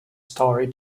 story